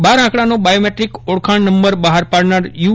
બાર આંકડાનો બાયોમેટ્રીક ઓળખાણ નંબર બહાર પાડનાર યુ